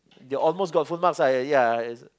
they almost got full marks lah ya